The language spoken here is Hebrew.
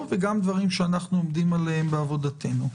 וגם דברים שאנחנו עומדים עליהם בעבודתנו.